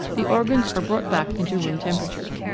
the organs are brought back into room temperature.